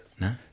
No